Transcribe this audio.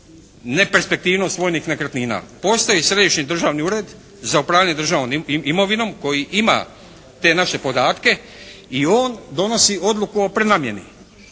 neperspektivnost vojnih nekretnina. Postoji Središnji državni ured za upravljanje državnom imovinom koji ima te naše podatke. I on donosi odluku o prenamjeni.